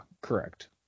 correct